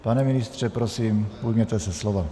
Pane ministře, prosím, ujměte se slova.